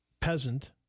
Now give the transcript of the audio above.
peasant